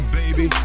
baby